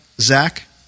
Zach